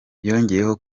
yongeyeho